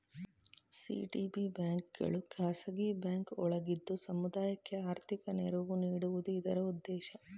CDB ಬ್ಯಾಂಕ್ಗಳು ಖಾಸಗಿ bank ಒಳಗಿದ್ದು ಸಮುದಾಯಕ್ಕೆ ಆರ್ಥಿಕ ನೆರವು ನೀಡುವುದು ಇದರ ಉದ್ದೇಶ